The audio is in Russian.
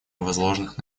возложенных